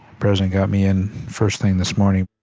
president got me in first thing this morning,